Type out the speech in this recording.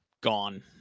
gone